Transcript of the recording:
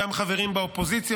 שהיו גם חברים באופוזיציה,